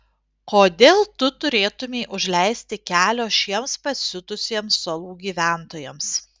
kodėl tu turėtumei užleisti kelio šiems pasiutusiems salų gyventojams